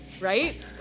Right